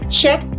check